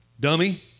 dummy